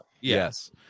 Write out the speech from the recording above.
yes